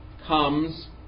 comes